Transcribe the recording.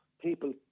people